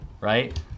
right